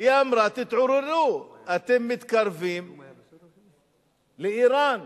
היא אמרה: תתעוררו, אתם מתקרבים לאירן.